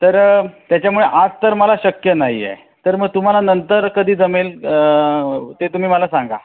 तर त्याच्यामुळे आज तर मला शक्य नाही आहे तर मग तुम्हाला नंतर कधी जमेल ते तुम्ही मला सांगा